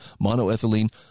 monoethylene